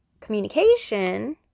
communication